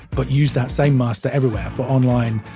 but use that same master everywhere, for online,